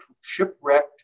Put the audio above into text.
shipwrecked